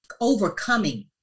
overcoming